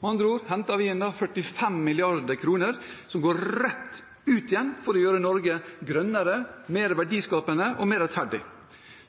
Med andre ord henter vi inn 45 mrd. kr som går rett ut igjen for å gjøre Norge grønnere, mer verdiskapende og mer rettferdig.